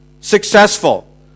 successful